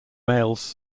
males